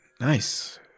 Nice